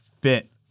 fit